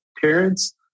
parents